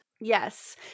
Yes